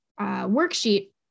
worksheet